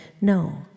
no